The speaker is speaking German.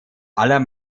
aller